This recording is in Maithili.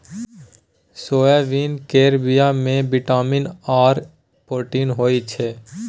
सोयाबीन केर बीया मे बिटामिन आर प्रोटीन होई छै